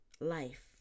life